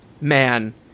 Man